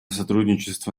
сотрудничество